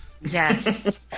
Yes